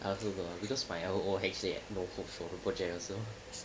I also got lah because my L O H A notebook solar project also